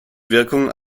wirkung